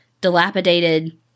dilapidated